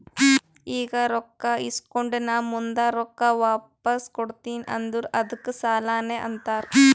ಈಗ ರೊಕ್ಕಾ ಇಸ್ಕೊಂಡ್ ನಾ ಮುಂದ ರೊಕ್ಕಾ ವಾಪಸ್ ಕೊಡ್ತೀನಿ ಅಂದುರ್ ಅದ್ದುಕ್ ಸಾಲಾನೇ ಅಂತಾರ್